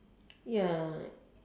ya